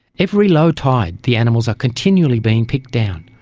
every low tide the animals are continually being picked down,